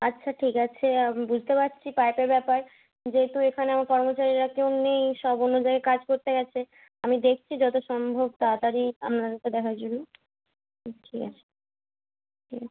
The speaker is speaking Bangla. আচ্ছা ঠিক আছে আমি বুঝতে পারছি পাইপের ব্যাপার যেহেতু এখানে আমার কর্মচারীরা কেউ নেই সব অন্য জায়গায় কাজ করতে গেছে আমি দেখছি যত সম্ভব তাড়াতাড়ি আপনারটা দেখার জন্যে ঠিক আছে ঠিক আছে